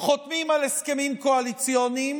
חותמים על הסכמים קואליציוניים,